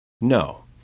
No